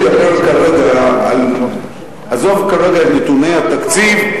מיליארד, עזוב כרגע את נתוני התקציב.